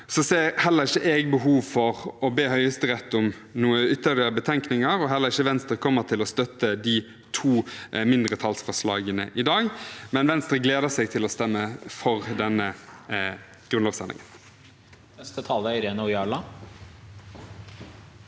ser heller ikke jeg behov for å be Høyesterett om noen ytterligere betenkninger. Venstre kommer heller ikke til å støtte de to mindretallsforslagene i dag, men gleder seg til å stemme for denne grunnlovsendringen.